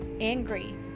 angry